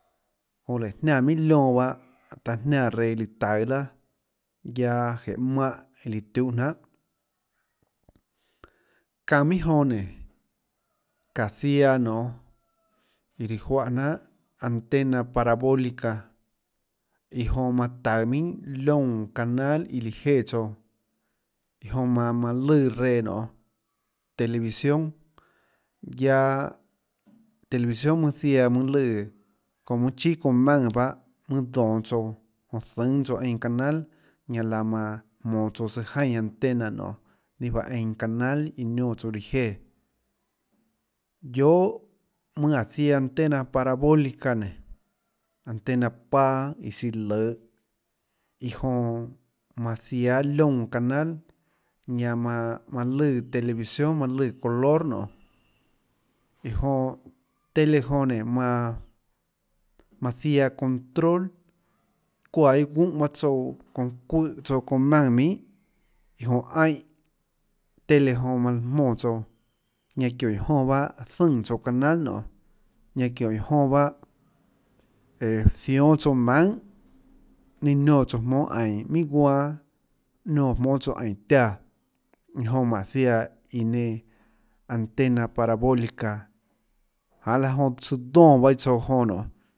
Jonã léhå jniánã minhà lioã bahâ taã jniánã reã iã lùã taøå laà guiaâ jeê mánhã lùã tiuhâ jnanhà çaønã minhà jonã nénå çáå ziaã nonê iã lùã juáhã jnanhà antena parabólica iã jonã manã taøå minhà liónã canal iã líã jéã tsouã iã jonã manã manã lùã reã nonê televisión guiaâ televisión mønâ ziaã mønâ lùã çounã mønâ chíà çounã maùnã pahâ mønâ zdonå tsouã jonã zùâ tsouã eínã canal ñanã laã manã jmonå tsouã tsøã jaínã antena nonê ninâ juáhã einã canal iã niónã tsouã líã jéã guiohà mønâ áå ziaã antena parabólica nénå antena paâ iã siã løhå iã jonã manã jiáâ liónã canal ñanã manã manã lùã televisión manã lùã color nonê iã jonã tele jonã nénå manã manã ziaã control çuáã iâ gúnhã paâ tsouã çounã çuùhã tsouã çounã maùnã minhà iã jonã aínhã tele jonã manã jmóã tsouã ñanã çióhå iã jonã pahâ zønè tsouã canal nionê ñanã çióhå iã jonã pahâ ee zióhâ tsouã maønhà ninâ niónã tsouã jmónâ aínå minhà guanâ niónã jmóâ tsouã aínå tiáã iã jonã mánå ziaã iã nenã antena parabólica janê laã jonã tsøã zdónã bahâ tsouã jonã nionê